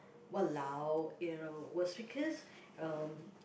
!walao! you know was because um